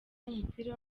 w’umupira